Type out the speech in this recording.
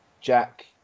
Jack